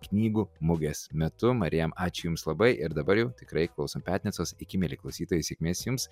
knygų mugės metu marijam ačiū jums labai ir dabar jau tikrai klausom piatnicos iki mieli klausytojai sėkmės jums